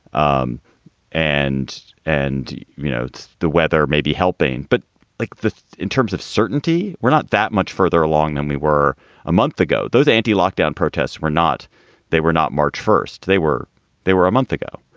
um and and, you know, it's the weather may be helping. but like in terms of certainty, we're not that much further along than we were a month ago. those anti lockdown protests were not they were not march first. they were they were a month ago.